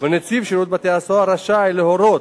ונציב שירות בתי-הסוהר רשאי להורות,